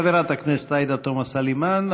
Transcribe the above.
חברת הכנסת עאידה תומא סלימאן,